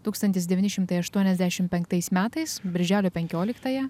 tūkstantis devyni šimtai aštuoniasdešimt penktais metais birželio penkioliktąją